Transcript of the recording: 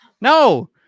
No